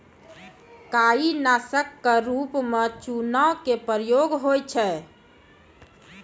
काई नासक क रूप म चूना के प्रयोग होय छै